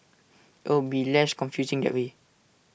it'll be less confusing that way